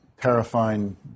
terrifying